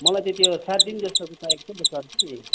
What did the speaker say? मलाई चाहिँ त्यो सात दिनजस्तोको चाहिएको थियो नि त सर कि